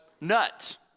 nuts